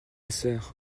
sœur